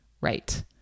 Right